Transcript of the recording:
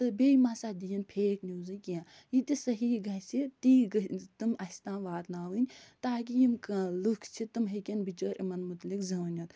تہٕ بیٚیہِ مَسا دِیِن فیک نِوٕزٕ کیٚنہہ یہِ تہِ صحیح گژھِ تی گٔژھ تِم اَسہِ تام واتناوٕنۍ تاکہِ یِم کٔہ لُکھ چھِ تِم ہٮ۪کن بِچٲرۍ یِمَن متعلِق زٲنِتھ